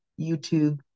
YouTube